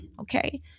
okay